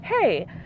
hey